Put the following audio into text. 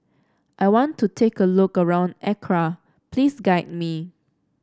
I want to have a look around Accra please guide me